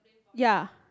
ya